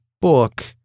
book